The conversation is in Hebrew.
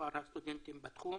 במספר הסטודנטים בתחום.